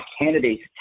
candidates